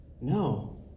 No